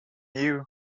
you